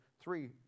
three